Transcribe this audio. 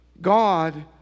God